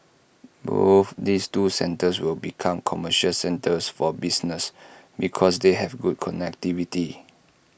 both these two centres will become commercial centres for business because they have good connectivity